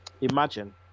imagine